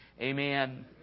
Amen